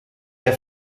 der